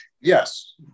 Yes